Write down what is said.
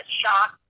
shock